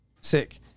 Sick